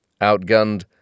Outgunned